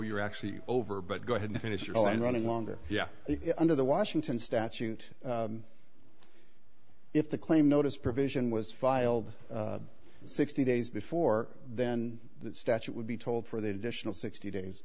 you're actually over but go ahead and finish it all in writing longer yeah under the washington statute if the claim notice provision was filed sixty days before then that statute would be told for the additional sixty days